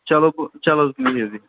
چلو گوٚو چلو حظ بِہِو بِہِو